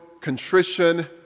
contrition